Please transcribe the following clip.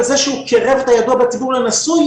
בזה שהוא קירב את הידוע בציבור לנשוי,